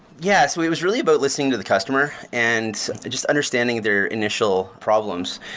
yeah. so it was really about listening to the customer and just understanding their initial problems.